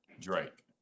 Drake